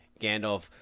Gandalf